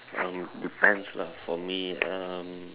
um depends lah for me um